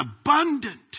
abundant